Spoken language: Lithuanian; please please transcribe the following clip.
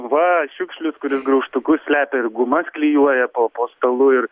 va šiukšlius kuris graužtukus slepia ir gumas klijuoja po po stalu ir